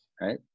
right